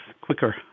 quicker